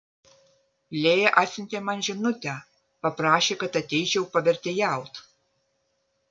lėja atsiuntė man žinutę paprašė kad ateičiau pavertėjaut